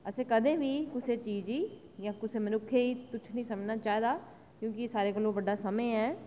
असें कदें बी कुसै चीज़ गी कदें तुच्छ निं समझना चाहिदा क्योंकि एह् सारें कोला बड्डा समें ऐ